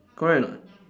correct or not